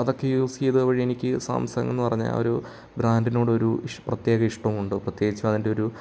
അതൊക്കെ യൂസ് ചെയ്ത വഴി എനിക്ക് സാംസങ് എന്ന് പറഞ്ഞ ആ ഒരു ബ്രാൻഡിനോട് ഒരു പ്രത്യേക ഇഷ്ടം ഉണ്ട് പ്രത്യേകിച്ച് അതിൻ്റെ ഒരു